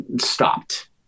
stopped